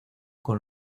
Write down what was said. con